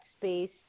space